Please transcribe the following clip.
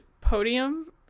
podium